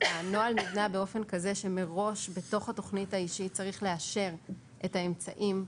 הנוהל נבנה באופן כזה שמראש בתוך התוכנית האישית צריך לאשר את האמצעים.